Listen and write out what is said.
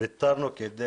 כדי